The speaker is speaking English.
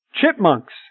Chipmunks